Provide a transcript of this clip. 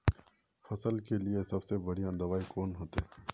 फसल के लिए सबसे बढ़िया दबाइ कौन होते?